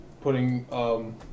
Putting